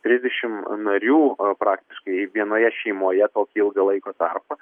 trisdešim narių praktiškai vienoje šeimoje tokį ilgą laiko tarpą